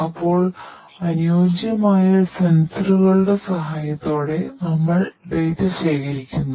അപ്പോൾ അനുയോജ്യമായ സെൻസറുകളുടെ ശേഖരിക്കുന്നു